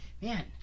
Man